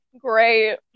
Great